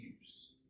use